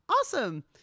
awesome